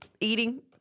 eating